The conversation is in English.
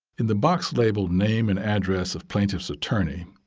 in the box labeled name and address of plaintiff's attorney,